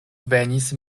venis